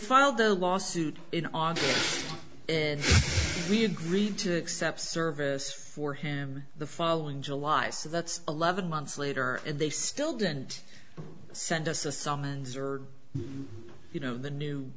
filed the lawsuit in august and we agreed to accept service for him the following july so that's eleven months later and they still didn't send us a summons or you know the new